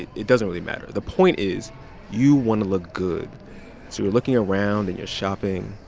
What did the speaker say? it doesn't really matter. the point is you want to look good. so you're looking around and you're shopping,